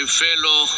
fellow